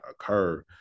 occur